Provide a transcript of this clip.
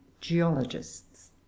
geologists